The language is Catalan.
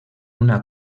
una